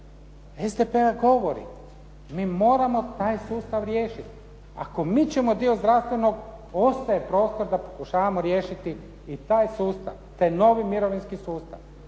SDP govori, mi moramo taj sustav riješiti. Ako mi ćemo dio zdravstvenog, ostaje prostor da pokušavamo riješiti taj sustav, taj novi mirovinski sustav.